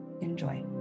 enjoy